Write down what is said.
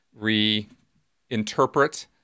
reinterpret